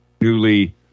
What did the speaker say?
newly